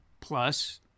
Plus